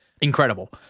Incredible